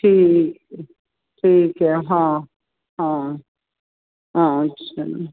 ਠੀਕ ਹੈ ਠੀਕ ਹੈ ਹਾਂ ਹਾਂ ਹਾਂ ਅੱਛਾ ਜੀ